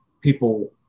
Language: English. people